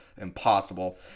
impossible